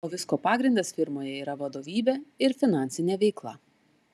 o visko pagrindas firmoje yra vadovybė ir finansinė veikla